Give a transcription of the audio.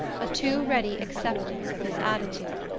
a too-ready acceptance of his attitude.